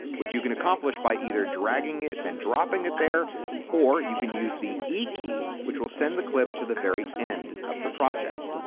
which you can accomplish by either dragging it and dropping it there or you can use the e key which will send the clip to the very end of the project.